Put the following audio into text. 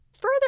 further